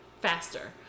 faster